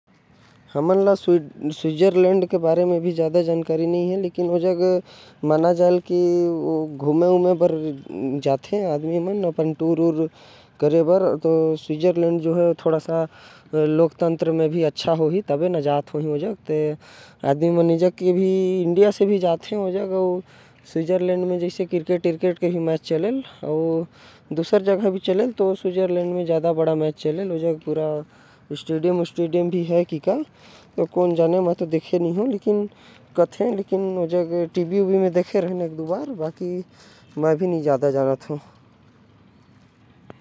स्विट्ज़रलंड के बारे मे मोके कुछ नही पता है। वहा लेकिन बहुते मन घूमे जाथे। जेकर वजह से मोके ए समझ मे आथे। की वहा के लोकतंत्र बड़ा बढ़िया होही। वहा के स्टेडियम मन म क्रिकेट मैच भी होथे।